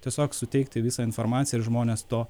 tiesiog suteikti visą informaciją ir žmonės to